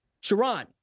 Sharon